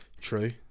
true